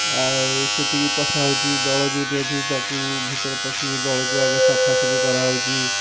ଆଉ ସେଠିକି ପଶା ହେଉଛି ଦଳ ଯେଉଁଠି ଅଛି ତାକୁ ଭିତରେ ପଶିକି ଦଳକୁ ଆଗେ ସଫାସୁଫି କରାହେଉଛି